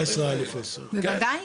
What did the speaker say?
בוודאי.